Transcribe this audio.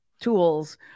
tools